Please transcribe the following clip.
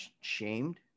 shamed